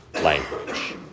language